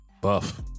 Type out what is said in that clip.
Buff